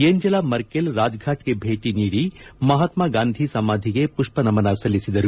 Angela Merkel ರಾಜ್ಫಾಟ್ಗೆ ಭೇಟಿ ನೀಡಿ ಮಹಾತ್ನಾಗಾಂಧಿ ಸಮಾಧಿಗೆ ಪುಪ್ವ ನಮನ ಸಲ್ಲಿಬಿದರು